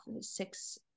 six